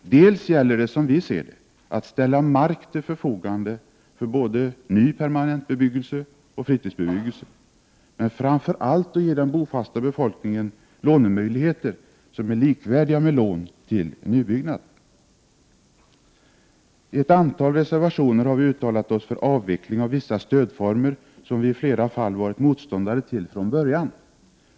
Dels gäller det, som vi ser det, att ställa mark till förfogande för både ny permanentbebyggelse och fritidsbebyggelse, dels och framför allt att ge den bofasta befolkningen lånemöjligheter som är likvärdiga med lån för nybyggnad. I ett antal reservationer har vi uttalat oss för avveckling av vissa stödformer som vi i flera fall varit motståndare till från början.